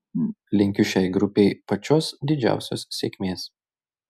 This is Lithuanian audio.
linkiu šiai grupei pačios didžiausios sėkmės